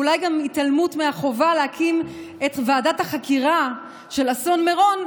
ואולי גם התעלמות מהחובה להקים את ועדת החקירה של אסון מירון,